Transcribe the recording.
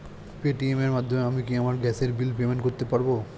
Paytm এর মাধ্যমে আমি কি আমার গ্যাসের বিল পেমেন্ট করতে পারব?